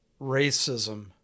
racism